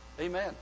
Amen